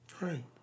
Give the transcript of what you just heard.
Right